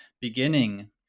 beginning